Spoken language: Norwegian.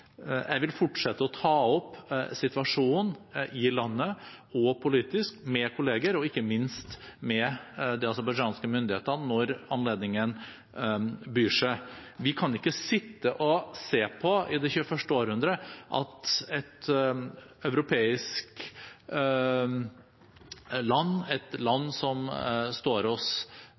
Jeg vil fortsette å ta opp situasjonen i landet også politisk med kollegaer, og ikke minst med de aserbajdsjanske myndighetene når anledningen byr seg. Vi kan ikke sitte og se på i det 21. århundre at et europeisk land, et land som står oss